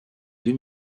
deux